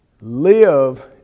Live